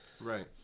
Right